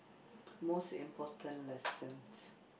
most important lessons